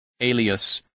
alias